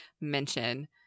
mention